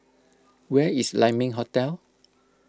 where is Lai Ming Hotel